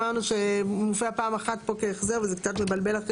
אמרנו שהוא מופיע פעם אחת פה כהחזר וזה קצת מבלבל.